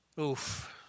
Oof